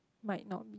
might not be